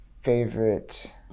favorite